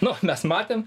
nu mes matėm